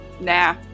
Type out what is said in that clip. Nah